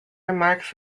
remarks